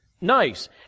nice